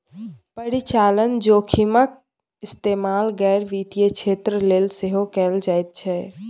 परिचालन जोखिमक इस्तेमाल गैर वित्तीय क्षेत्र लेल सेहो कैल जाइत छै